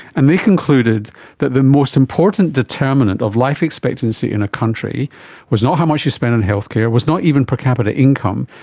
and they concluded that the most important determinant of life expectancy in a country was not how much you spent on healthcare, was not even per capita income,